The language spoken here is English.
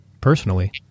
personally